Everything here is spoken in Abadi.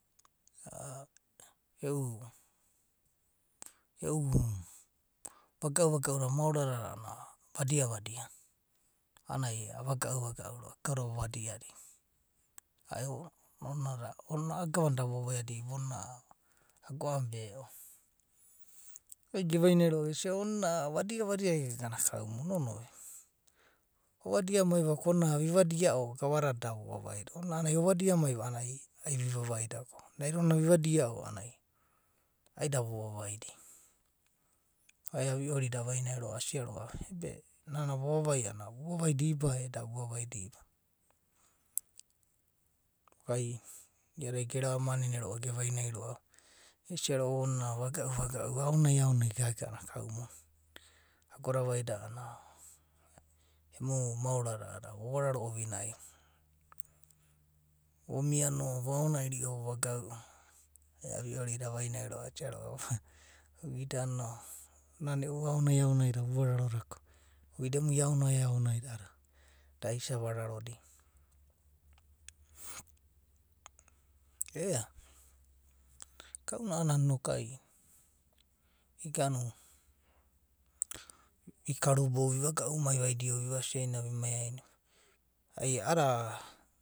e’u vagau da maora dada a’anana vadia vadia a’anana ai avagau vagau roa’va, kauda vava dia da ona a’a gava na da vovavaia diba ona agomu veo, gevainai roa’va gesia roa’va ona vadia vadia gaga na kaumuna, ono ve, ova diam ai va ko ona vivadia o gava dada dada da vo vavaida, ona ai ova diam ai a’anana ai vivavaida ko naida ona vivadia a’anana ai davo vavaida ai avioridia avainai roa’va asia roa’va be nana vavavai a’anana vuvavai diba e da vuvavai. kou ai ia da gena manene roa’va ge vainai roa’va, gesia roa. va ona vagau vagau aonai aonai gagana kaumuna agoda vaida a’anana emu maora da a’adada vo vaivai ovinai va, vomia no vo aonairio vovagau o, avioridia avainai roa’va asia roa’va uidano nana e’u aonai aonai da vuvararo da uida emui aonai aonaida a’adada da isa vara rodia eu. kau na’anana noku ai iganu. vikarubou. vivagau mai vaidio uvasiaina vimai aina ai a’adada.